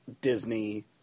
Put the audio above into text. Disney